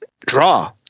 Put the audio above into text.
Draw